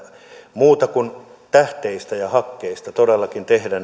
muusta kuin tähteistä ja hakkeista todellakin tehdä